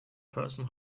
person